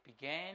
began